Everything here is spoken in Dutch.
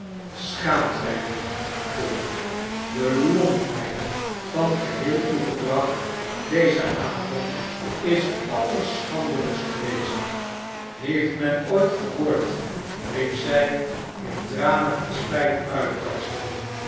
schaamt gij u niet dolly de lompheid van geheel uw gedrag dezen avond is allerschandelijkst geweest heeft men ooit gehoord riep zij in tranen van spijt uitbarstende